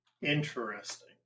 Interesting